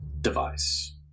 device